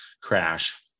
crash